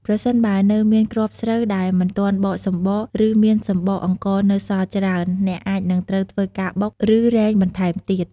ប្រសិនបើនៅមានគ្រាប់ស្រូវដែលមិនទាន់បកសម្បក ឬមានសម្បកអង្ករនៅសល់ច្រើន អ្នកអាចនឹងត្រូវធ្វើការបុក ឬរែងបន្ថែមទៀត។